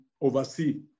oversee